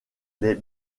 les